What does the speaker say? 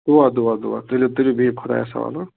دُعا دُعا دُعا تُلِو تُلِو بِہِو خۅدایَس حَوال ہٕنٛہ